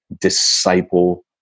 disciple